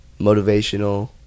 motivational